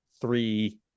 three